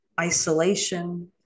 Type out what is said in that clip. isolation